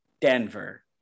Denver